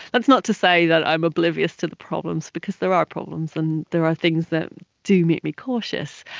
that's not to say that i am oblivious to the problems because there are problems and there are things that do make me cautious.